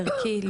ערכי,